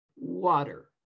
water